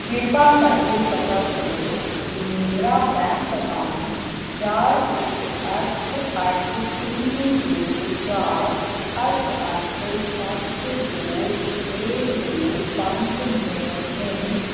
ਕਿਰਪਾ ਕਰਕੇ ਪਤਾ ਕਰੋ ਕਿ ਮੇਰਾ ਬੈਂਕ ਅਕਾਊਂਟ ਚਾਰ ਇੱਕ ਅੱਠ ਅੱਠ ਤਿੰਨ ਦੋ ਚਾਰ ਅੱਠ ਅੱਠ ਸੱਤ ਦੋ ਛੇ ਦੋ ਪੰਜ ਨੌਂ ਤਿੰਨ